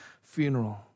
funeral